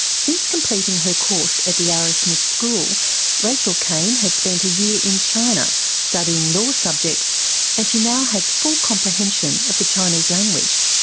since completing her course at the arrowsmith school rachel caine has spent a year in china studying law subjects and she now has full comprehension of the chinese language.